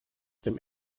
dem